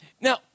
now